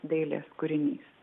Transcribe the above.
dailės kūrinys